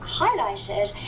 highlighted